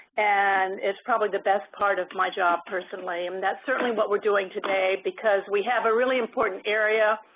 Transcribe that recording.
and it's probably the best part of my job, personally. um that is certainly what we are doing today, because we have a really important area,